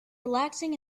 relaxing